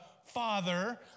Father